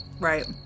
Right